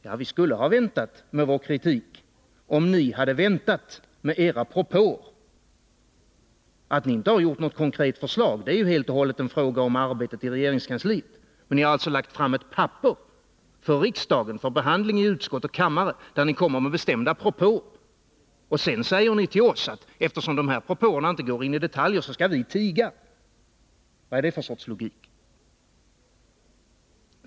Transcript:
Ja, vi skulle ha väntat med vår kritik om ni väntat med era propåer. Att ni inte kommit med några konkreta förslag är ju helt och hållet en fråga om arbetet i regeringskansliet. Det har lagts fram ett papper för riksdagen, för behandling i utskott och kammare, där ni kommer med bestämda propåer. Och sedan säger ni till oss att eftersom propåerna inte går in på detaljer så skall vi tiga. Vad är det för sorts logik?